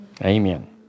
amen